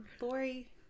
Lori